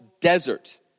desert